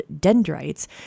dendrites